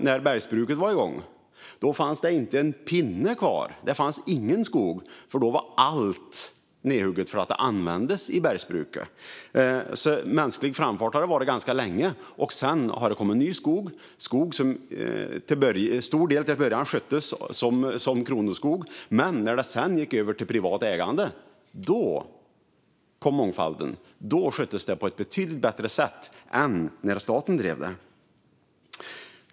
När bergsbruket var igång fanns ingen skog kvar, inte ens en pinne, för då höggs allt ned för att användas i bergsbruket. Mänsklig framfart har vi alltså haft ganska länge. Sedan kom det ny skog, som i början till stor del sköttes som kronoskog. Men när det gick över i privat ägande kom mångfalden, och skogsbruket sköttes på ett betydligt bättre sätt än när staten drev det.